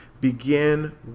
begin